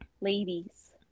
ladies